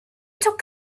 took